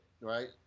right